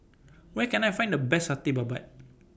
Where Can I Find The Best Satay Babat